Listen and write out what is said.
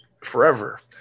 forever